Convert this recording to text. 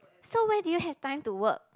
so where do you have time to work